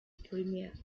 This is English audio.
premier